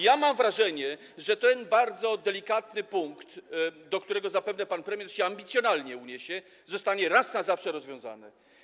I mam wrażenie, że ten bardzo delikatny punkt, do którego zapewne pan premier się ambicjonalnie odniesie, zostanie raz na zawsze rozwiązany.